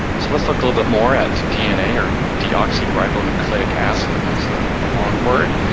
so let's look a little bit more at dna, or deoxyribonucleic acid that's ah a long word.